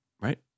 Right